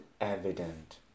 evident